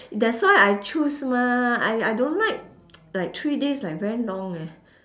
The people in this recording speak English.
that's why I choose mah I I don't like like three days like very long eh